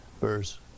verse